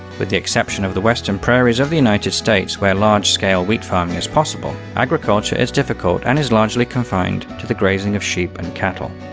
with the exception of the western prairies of the united states, where large scale wheat farming is possible, agriculture is difficult, and is largely confined to grazing of sheep and cattle.